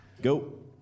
Go